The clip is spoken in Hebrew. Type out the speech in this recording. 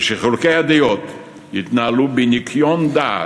ושחילוקי הדעות יתנהלו בניקיון דעת,